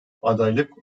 adaylık